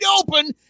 open